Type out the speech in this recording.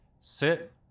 sit